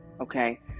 Okay